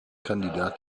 kandidat